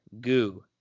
Goo